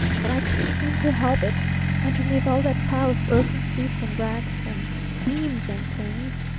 but i couldn't seem to help it underneath all that pile of broken seats and racks and beams and things.